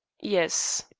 yes.